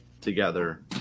together